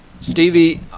stevie